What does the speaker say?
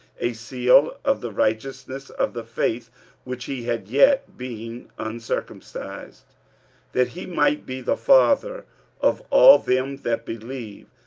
a seal of the righteousness of the faith which he had yet being uncircumcised that he might be the father of all them that believe,